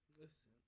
listen